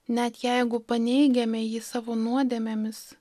net jeigu paneigiame jį savo nuodėmėmis